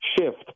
shift